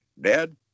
Dad